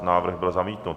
Návrh byl zamítnut.